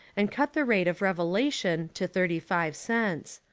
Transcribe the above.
and cut the rate of revelation to thirty five cents.